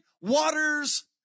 waters